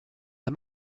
the